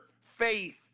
faith